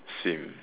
swim